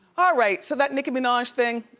ah right, so that nicki minaj thing,